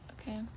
Okay